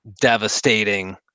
devastating